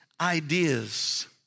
ideas